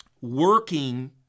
working